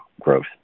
growth